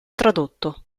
tradotto